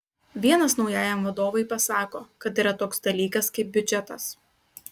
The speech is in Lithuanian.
vienas naujajam vadovui pasako kad yra toks dalykas kaip biudžetas